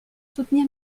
soutenir